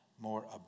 More